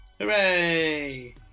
Hooray